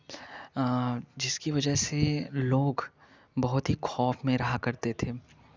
जिसकी वजह से लोग बहुत ही खौफ़ में रहा करते थे